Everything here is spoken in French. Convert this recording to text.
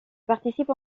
participe